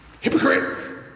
hypocrite